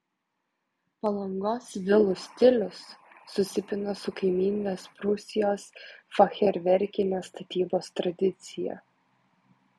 palangos vilų stilius susipina su kaimyninės prūsijos fachverkinės statybos tradicija